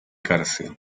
cárcel